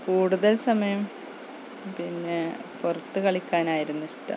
കൂടുതൽ സമയം പിന്നെ പുറത്തു കളിക്കാനായിരുന്നിഷ്ടം